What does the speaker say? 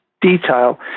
detail